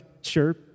sure